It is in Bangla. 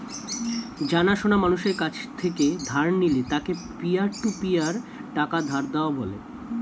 জানা সোনা মানুষের কাছ থেকে ধার নিলে তাকে পিয়ার টু পিয়ার টাকা ধার দেওয়া বলে